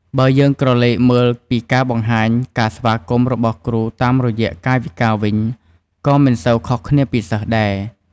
បើយើងក្រឡេកមើលពីការបង្ហាញការស្វាគមន៍របស់គ្រូតាមរយៈកាយវិការវិញ ក៏មិនសូវខុសគ្នាពីសិស្សដែរ។